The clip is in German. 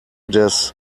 des